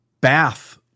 bath